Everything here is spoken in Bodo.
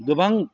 गोबां